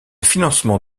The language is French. financement